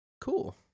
cool